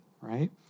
right